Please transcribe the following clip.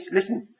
Listen